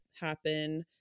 happen